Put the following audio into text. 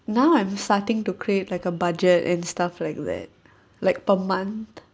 now I'm starting to create like a budget and stuff like that like per month